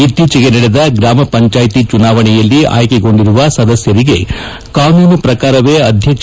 ಇತ್ತೀಚೆಗೆ ನಡೆದ ಗ್ರಾಮ ಪಂಚಾಯಿತಿ ಚುನಾವಣೆಯಲ್ಲಿ ಆಯ್ಕೆಗೊಂಡಿರುವ ಸದಸ್ಯರಿಗೆ ಕಾನೂನು ಪ್ರಕಾರವೇ ಅಧ್ಯಕ್ಷ